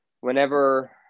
whenever